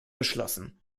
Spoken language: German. beschlossen